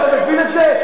אתה לא מבין את זה?